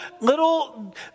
little